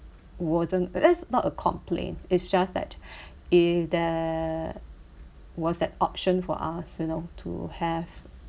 wasn't that's not a complain it's just that if there was an option for us you know to have